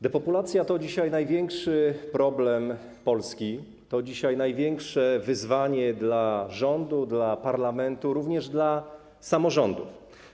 Depopulacja to dzisiaj największy problem Polski, to dzisiaj największe wyzwanie dla rządu, dla parlamentu, również dla samorządów.